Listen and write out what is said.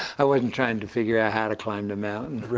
i wasn't trying to figure out how to climb the mountain.